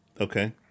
Okay